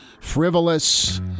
frivolous